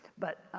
but,